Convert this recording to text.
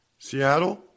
Seattle